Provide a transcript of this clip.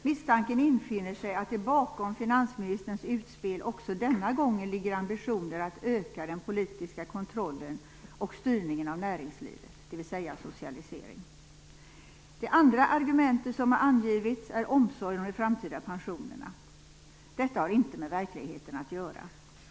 Misstanken infinner sig att det bakom finansministerns utspel också denna gång ligger ambitioner att öka den politiska kontrollen och styrningen av näringslivet, dvs. Det andra argument som angivits är omsorg om de framtida pensionerna. Detta har inte med verkligheten att göra.